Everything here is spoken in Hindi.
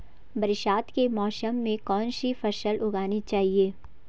बरसात के मौसम में कौन सी फसल उगानी चाहिए?